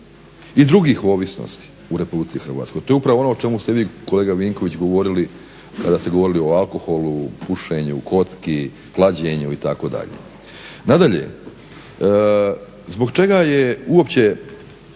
i drugih ovisnosti u RH. To je upravo ono o čemu ste vi kolega Vinković govorili kada ste govorili o alkoholu, pušenju, kocki, klađenju itd. Nadalje, zbog čega je uopće